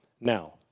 now